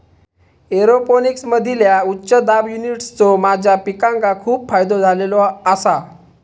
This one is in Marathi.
एरोपोनिक्समधील्या उच्च दाब युनिट्सचो माझ्या पिकांका खूप फायदो झालेलो आसा